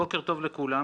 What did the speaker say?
בוקר טוב לכולם,